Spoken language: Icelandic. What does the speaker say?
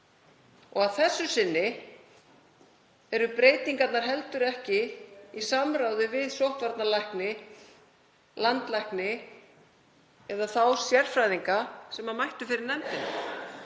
Að þessu sinni eru breytingarnar heldur ekki í samráði við sóttvarnalækni, landlækni eða þá sérfræðinga sem mættu fyrir nefndina